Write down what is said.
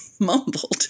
mumbled